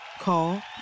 Call